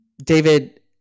David